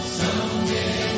someday